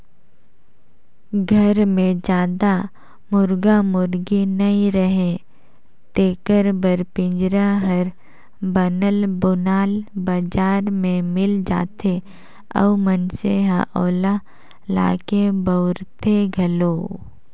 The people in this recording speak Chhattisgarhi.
घर मे जादा मुरगा मुरगी नइ रहें तेखर बर पिंजरा हर बनल बुनाल बजार में मिल जाथे अउ मइनसे ह ओला लाके बउरथे घलो